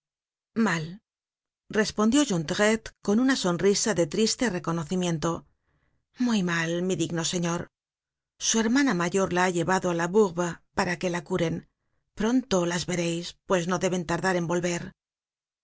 mal respondió jondrette con una sonrisa de triste reconocimiento muy mal mi digno señor su hermana mayor la ha llevado á la bourbe para que la curen pronto las vereis pues no deben tardar